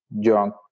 junk